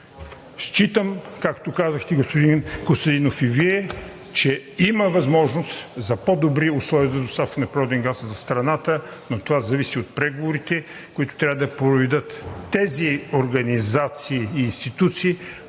Считам, както казахте, господин Костадинов, че има възможност за по-добри условия за доставка на природен газ за страната, но това зависи от преговорите, които трябва да проведат тези организации и институции,